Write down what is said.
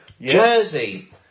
Jersey